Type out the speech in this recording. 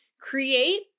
Create